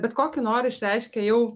bet kokį norą išreiškia jau